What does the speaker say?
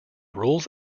rules